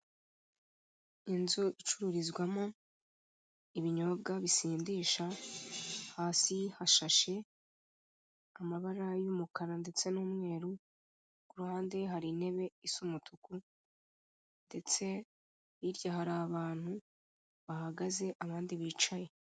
Inzu icururizwamo ibinyobwa bisindisha, hasi hashashe amabara y'umukara ndetse n'umweru, ku ruhande hari intebe isa umutuku, ndetse hirya hari abantu bahagaze, abandi bicaye.